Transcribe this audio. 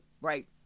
Right